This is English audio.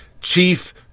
Chief